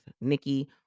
Nikki